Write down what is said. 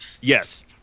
Yes